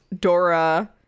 Dora